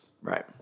Right